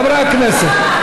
חברי הכנסת,